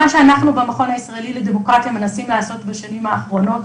מה שאנחנו במכון הישראלי לדמוקרטיה מנסים לעשות בשנים האחרונות,